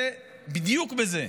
זה בדיוק בזה,